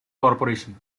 corporation